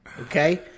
Okay